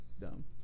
dumb